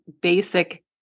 basic